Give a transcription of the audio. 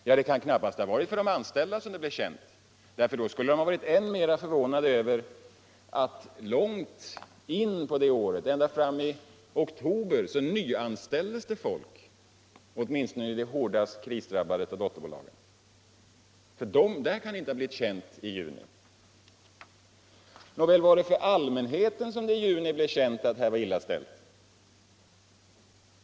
Ja, det kan knappast ha varit för de anställda som det blev känt, för då skulle de ha varit än mer förvånade över att det långt in på det året, ända fram i oktober, nyanställdes folk åtminstone i det hårdast krisdrabbade av dotterbolagen. Där kan det inte ha blivit känt i juni. Nåväl, var det för allmänheten som det i juni blev känt att det var illa ställt för företaget?